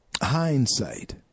Hindsight